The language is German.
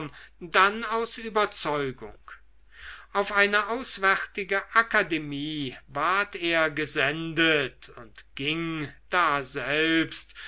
dann aus überzeugung auf eine auswärtige akademie ward er gesendet und ging daselbst